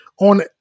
on